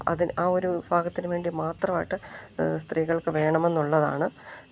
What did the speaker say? അതിന് ആ ഒരു വിഭാഗത്തിനു വേണ്ടി മാത്രമായിട്ട് സ്ത്രീകൾക്ക് വേണമെന്നുള്ളതാണ്